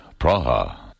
Praha